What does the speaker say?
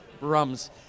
rums